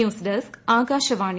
news desk Akashvani